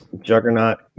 juggernaut